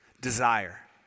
Desire